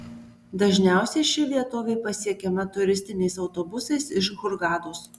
dažniausiai ši vietovė pasiekiama turistiniais autobusais iš hurgados